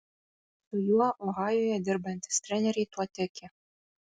su juo ohajuje dirbantys treneriai tuo tiki